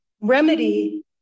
remedy